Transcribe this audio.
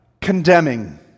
Condemning